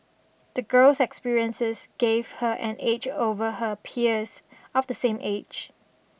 the girl's experiences gave her an edge over her peers of the same age